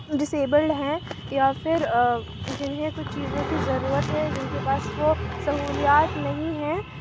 disabled ہیں یا پھر جنہیں کچھ چیزوں کی ضرورت ہے جن کے پاس وہ سہولیات نہیں ہیں